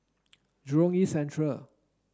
Jurong East Central